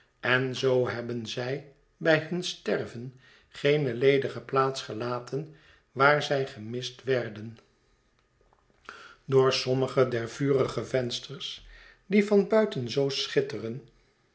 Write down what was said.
en zoo hebben zij bij hun sterven geene ledige plaats gelaten waar zij gemist werden door sommigen der vurige vensters die van buiten zoo schitteren